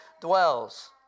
dwells